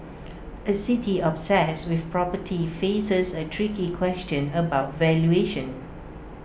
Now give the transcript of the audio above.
A city obsessed with property faces A tricky question about valuation